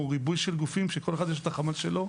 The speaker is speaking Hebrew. ריבוי של גופים שלכל אחד יש את החמ"ל שלו,